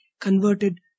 converted